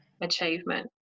achievement